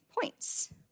points